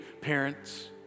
parents